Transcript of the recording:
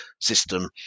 system